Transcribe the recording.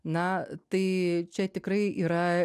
na tai čia tikrai yra